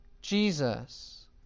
Jesus